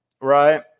right